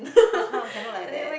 how come cannot like that